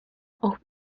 auch